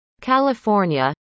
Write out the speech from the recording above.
California